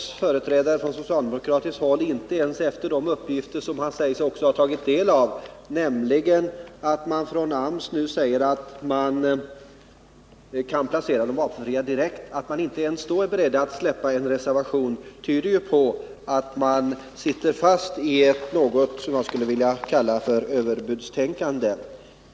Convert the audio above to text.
Men när utskottets socialdemokratiske företrädare inte ens, trots att han säger sig ha tagit del av de uppgifter från AMS där AMS säger sig kunna direkt placera de vapenfria, är beredd att nu frångå reservationen tyder det på att socialdemokraterna sitter fast i något som jag skulle vilja kalla överbudstänkande.